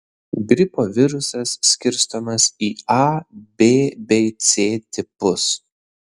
gripo virusas skirstomas į a b bei c tipus